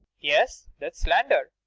yes, that's slander.